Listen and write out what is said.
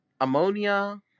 ammonia